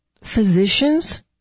physicians